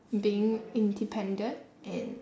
being independent and